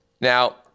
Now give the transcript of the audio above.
Now